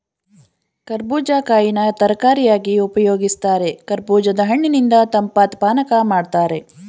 ಕರ್ಬೂಜ ಕಾಯಿನ ತರಕಾರಿಯಾಗಿ ಉಪಯೋಗಿಸ್ತಾರೆ ಕರ್ಬೂಜದ ಹಣ್ಣಿನಿಂದ ತಂಪಾದ್ ಪಾನಕ ಮಾಡ್ತಾರೆ